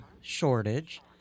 shortage